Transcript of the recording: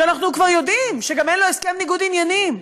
שאנחנו כבר יודעים שגם אין לו הסכם ניגוד עניינים.